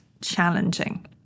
challenging